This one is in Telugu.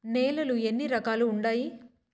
నేలలు ఎన్ని రకాలు వుండాయి?